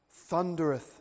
thundereth